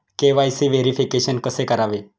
KYC verification कसे करावे?